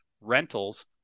rentals